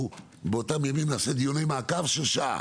שבאותם ימים נעשה דיוני מעקב של שעה,